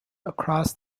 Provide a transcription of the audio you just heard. across